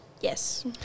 Yes